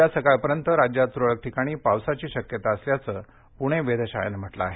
उद्या सकाळपर्यंत राज्यात तुरळक ठिकाणी पावसाची शक्यता असल्याचं पुणे वेधशाळेनं म्हटलं आहे